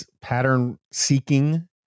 pattern-seeking